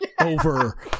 over